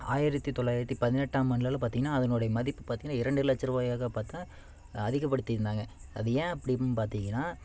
ஆயிரத்தி தொள்ளாயிரத்தி பதினெட்டாம் ஆண்டிலலாம் பார்த்திங்கன்னா அதனுடைய மதிப்பு பார்த்திங்கன்னா இரண்டு லட்ச ரூபாயாக பார்த்தா அதிகப்படுத்தியிருந்தாங்க அது ஏன் அப்படிம் பார்த்திங்கன்னா